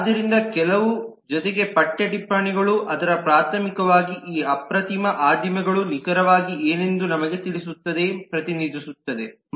ಆದ್ದರಿಂದ ಕೆಲವು ಜೊತೆಗೆ ಪಠ್ಯ ಟಿಪ್ಪಣಿಗಳು ಅದರ ಪ್ರಾಥಮಿಕವಾಗಿ ಈ ಅಪ್ರತಿಮ ಆದಿಮಗಳು ನಿಖರವಾಗಿ ಏನೆಂದು ನಮಗೆ ತಿಳಿಸುತ್ತದೆ ಪ್ರತಿನಿಧಿಸುತ್ತದೆ ಮತ್ತು ವ್ಯವಸ್ಥೆಯಲ್ಲಿ ನಡೆಯುತ್ತಿದೆ